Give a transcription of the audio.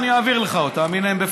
אני אעביר לך אותם,